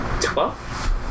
Twelve